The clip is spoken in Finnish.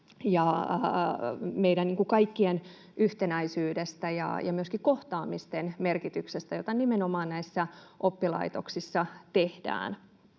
ja meidän kaikkien yhtenäisyydestä ja myöskin kohtaamisten merkityksestä, mitä nimenomaan näissä oppilaitoksissa tehdään.